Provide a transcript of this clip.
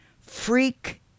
Freak